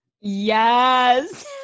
Yes